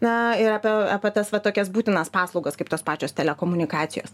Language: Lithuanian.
na ir apie va tas va tokias būtinas paslaugas kaip tos pačios telekomunikacijos